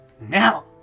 Now